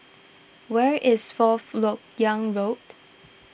where is Fourth Lok Yang Road